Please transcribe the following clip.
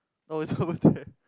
oh it's over there